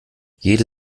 jede